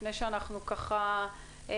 לפני שאנחנו מסיימים.